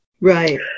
Right